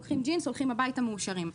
לוקחים ג'ינס והולכים הביתה מאושרים.